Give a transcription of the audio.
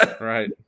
right